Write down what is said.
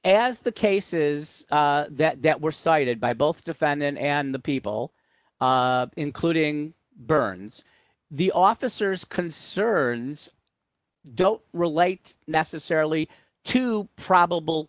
as the cases that were cited by both defendant and the people including burns the officers concerns don't relate necessarily to probable